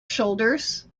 shoulders